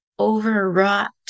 Overwrought